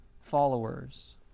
followers